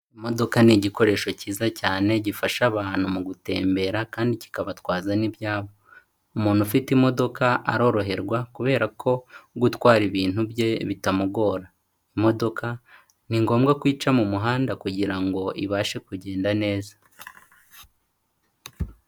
Imodoka ni igikoresho cyiza cyane gifasha abantu mu gutembera kandi kikabatwaza n'ibyabo, umuntu ufite imodoka aroroherwa kubera ko gutwara ibintu bye bitamugora imodoka. Ni ngombwa ko ica mu muhanda kugirango ibashe kugenda neza.